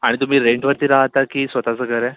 आणि तुम्ही रेंटवरती राहता की स्वत चं घर आहे